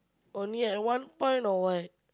only at one point or what